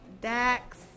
Dax